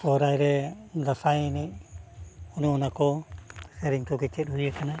ᱥᱚᱦᱨᱟᱭ ᱨᱮ ᱫᱟᱸᱥᱟᱭ ᱮᱱᱮᱡ ᱚᱱᱮ ᱚᱱᱟ ᱠᱚ ᱥᱮᱨᱮᱧ ᱠᱚᱜᱮ ᱪᱮᱫ ᱠᱚᱜᱮ ᱦᱩᱭ ᱠᱟᱱᱟ